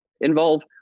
involve